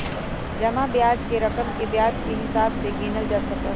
जमा ब्याज के रकम के ब्याज के हिसाब से गिनल जा सका हई